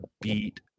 beat